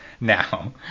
now